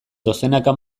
dozenaka